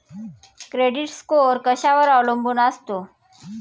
Credit score कशावर अवलंबून असतो?